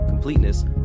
Completeness